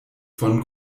von